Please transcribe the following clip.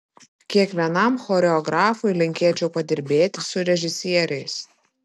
kiekvienam choreografui linkėčiau padirbėti su režisieriais